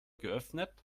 geöffnet